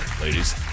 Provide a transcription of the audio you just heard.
Ladies